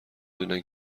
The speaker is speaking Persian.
دونن